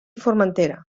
formentera